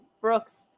Brooks